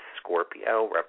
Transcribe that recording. Scorpio